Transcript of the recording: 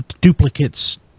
duplicates